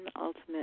ultimate